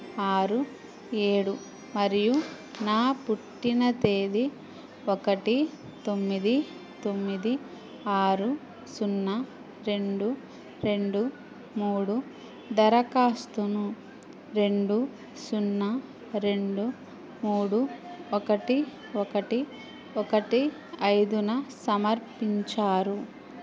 ఆరు ఏడు మరియు నా పుట్టినతేదీ ఒకటి తొమ్మిది తొమ్మిది ఆరు సున్నా రెండు రెండు మూడు దరఖాస్తును రెండు సున్నా రెండు మూడు ఒకటి ఒకటి ఒకటి ఐదున సమర్పించారు